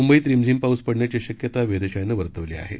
मुंबईत रिमझिम पाऊस पडण्याची शक्यता वेधशाळेनं वर्तवली आहे